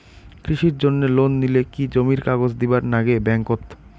কৃষির জন্যে লোন নিলে কি জমির কাগজ দিবার নাগে ব্যাংক ওত?